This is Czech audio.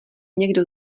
někdo